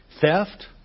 Theft